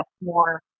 more